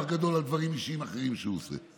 גדול על דברים ציבוריים אחרים שהוא עושה.